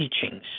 teachings